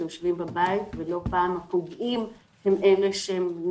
שיושבים בבית ולא פעם הפוגעים הם בני